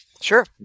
sure